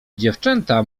dziewczęta